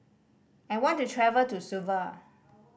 I want to travel to Suva